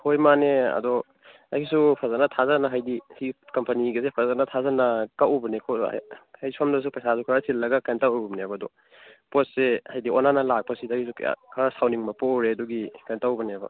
ꯍꯣꯏ ꯃꯥꯅꯦ ꯑꯗꯣ ꯑꯩꯁꯨ ꯐꯖꯅ ꯊꯥꯖꯅ ꯍꯥꯏꯗꯤ ꯁꯤ ꯀꯝꯄꯅꯤꯒꯁꯦ ꯐꯖꯅ ꯊꯥꯖꯅ ꯀꯛꯎꯕꯅꯦ ꯑꯩ ꯁꯣꯝꯗꯁꯨ ꯄꯩꯁꯥꯁꯨ ꯈꯔ ꯆꯤꯜꯂꯒ ꯀꯩꯅꯣ ꯇꯧꯔꯨꯕꯅꯦꯕ ꯑꯗꯨ ꯄꯣꯠꯁꯦ ꯍꯥꯏꯗꯤ ꯑꯣꯟꯅꯅ ꯂꯥꯛꯄꯁꯤꯗꯩꯗ ꯈꯔ ꯁꯥꯎꯅꯤꯡꯕ ꯄꯣꯛꯎꯔꯦ ꯑꯗꯨꯒꯤ ꯀꯩꯅꯣ ꯇꯧꯕꯅꯦꯕ